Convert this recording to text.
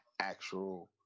actual